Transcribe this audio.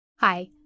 Hi